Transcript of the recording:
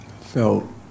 Felt